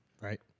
Right